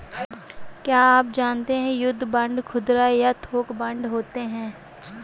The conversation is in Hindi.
क्या आप जानते है युद्ध बांड खुदरा या थोक बांड होते है?